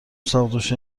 ساقدوش